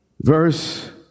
Verse